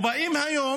והיום,